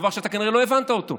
דבר שאתה כנראה לא הבנת אותו,